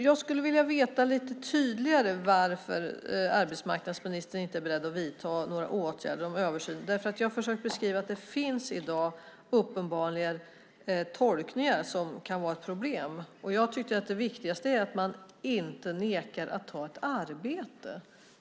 Jag skulle vilja veta lite tydligare varför arbetsmarknadsministern inte är beredd att vidta några åtgärder när det gäller översynen. Jag har försökt beskriva att det i dag uppenbarligen finns tolkningar som kan vara ett problem. Jag tycker att det viktigaste är att man inte nekar till att ta ett arbete.